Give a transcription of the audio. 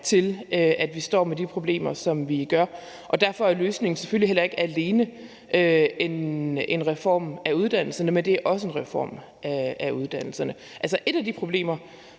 til, at vi står med de problemer, som vi gør, og derfor er løsningen selvfølgelig heller ikke alene en reform af uddannelserne, men det er også en reform af uddannelserne. Et af de problemer,